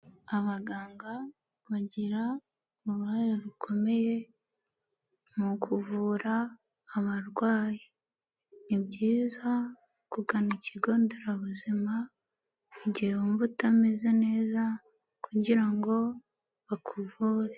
Abaganga bagira uruhare rukomeye mu kuvura abarwayi. Ni byizayiza kugana ikigonderabuzima igihe wumva utameze neza kugira ngo bakuvure.